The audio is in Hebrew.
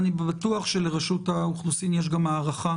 אני בטוח שלרשות האוכלוסין יש גם הערכה